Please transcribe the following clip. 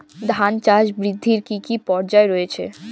ধান চাষ বৃদ্ধির কী কী পর্যায় রয়েছে?